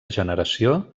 generació